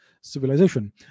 civilization